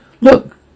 Look